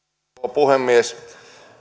puhemies